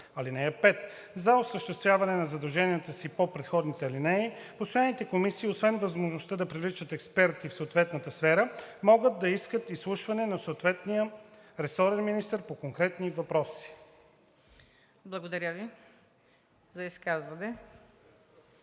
(5) За осъществяване на задълженията си по предходните алинеи постоянните комисии, освен възможността да привличат експерти в съответната сфера, могат да искат изслушване на съответния ресорен министър по конкретни въпроси.“ ПРЕДСЕДАТЕЛ